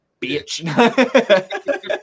bitch